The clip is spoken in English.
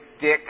Dick